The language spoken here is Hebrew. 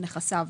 על נכסיו,